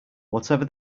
whatever